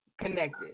connected